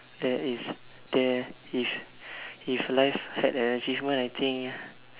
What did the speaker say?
there is there if if life had an achievement I think